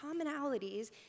commonalities